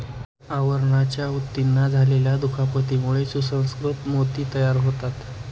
आवरणाच्या ऊतींना झालेल्या दुखापतीमुळे सुसंस्कृत मोती तयार होतात